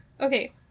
Okay